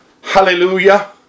Hallelujah